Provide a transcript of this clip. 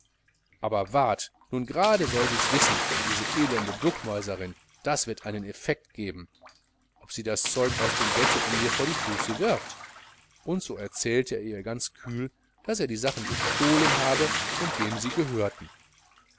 aber wart nun gerade soll sies wissen diese elende duckmäuserin das wird einen effekt geben ob sie das zeug aus dem bette und mir vor die füße wirft und er erzählte ihr ganz kühl daß er die sachen gestohlen habe und wem sie gehörten